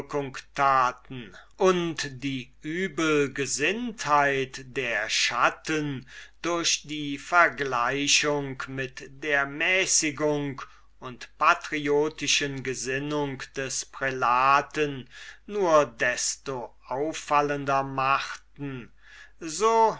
und die übelgesinntheit der schatten durch die vergleichung mit der mäßigung und den patriotischen gesinnungen des prälaten nur desto auffallender machten so